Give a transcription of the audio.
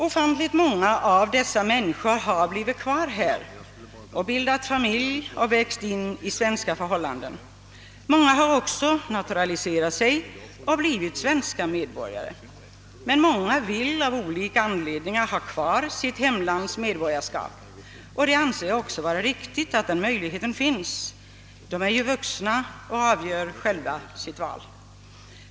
Ofantligt många av dem som invandrat har blivit kvar här och bildat familj och växt in i svenska förhållanden. Många har också naturaliserats och blivit svenska medborgare, men många vill av olika anledningar ha kvar sitt hemlands medborgarskap. Jag anser det vara riktigt att den möjligheten finns. De är vuxna och avgör själva sitt val.